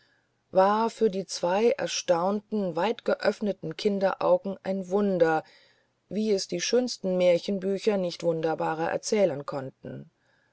war für die zwei erstaunten weitgeöffneten kinderaugen ein wunder wie es die schönsten märchenbücher nicht wunderbarer erzählen konnten